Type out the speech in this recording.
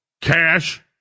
cash